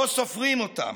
לא סופרים אותם,